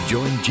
Join